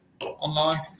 online